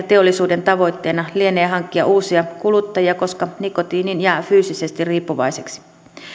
teollisuuden tavoitteena lienee hankkia uusia kuluttajia koska nikotiiniin jää fyysisesti riippuvaiseksi